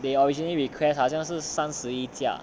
they originally request 好像是三十一架